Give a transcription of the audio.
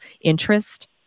interest